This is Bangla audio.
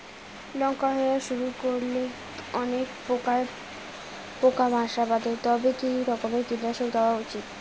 লঙ্কা হওয়া শুরু করলে অনেক লঙ্কায় পোকা বাসা বাঁধে তবে কি রকমের কীটনাশক দেওয়া উচিৎ?